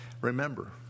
remember